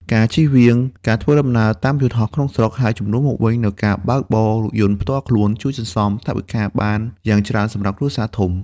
ការជៀសវាងការធ្វើដំណើរតាមយន្តហោះក្នុងស្រុក ហើយជំនួសមកវិញនូវការបើកបររថយន្តផ្ទាល់ខ្លួន ជួយសន្សំថវិកាបានយ៉ាងច្រើនសម្រាប់គ្រួសារធំ។